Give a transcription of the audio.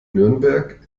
nürnberg